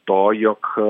to jog